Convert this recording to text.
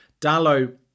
Dallo